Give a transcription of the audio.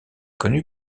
connu